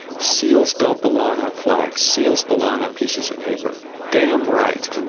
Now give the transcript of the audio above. seals don't belong on flags. seals belong on pieces of paper damn right.